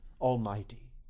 Almighty